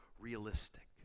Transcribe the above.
realistic